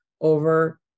over